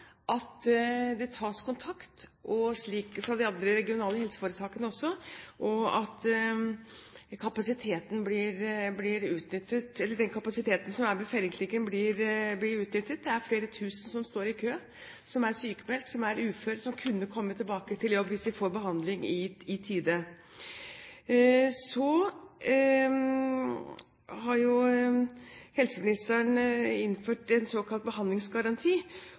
at det tas kontakt fra de andre regionale helseforetakene også, slik at den kapasiteten som er ved Feiringklinikken, blir utnyttet. Det er flere tusen som står i kø, som er sykmeldt, som er uføre, som kunne komme tilbake i jobb hvis de får behandling i tide. Så har jo helseministeren innført en såkalt behandlingsgaranti.